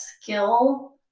skill